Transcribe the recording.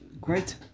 Great